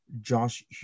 Josh